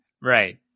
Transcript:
Right